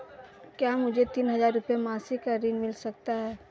क्या मुझे तीन हज़ार रूपये मासिक का ऋण मिल सकता है?